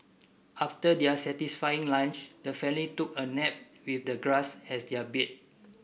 after their satisfying lunch the family took a nap with the grass as their bed